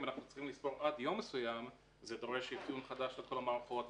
אם צריך לספור עד יום מסוים זה דורש אפיון מחדש של כל המערכות,